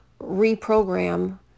reprogram